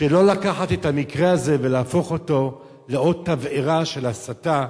שלא לקחת את המקרה הזה ולהפוך אותו לעוד תבערה של הסתה,